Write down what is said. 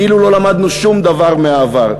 כאילו לא למדנו שום דבר מהעבר,